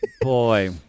boy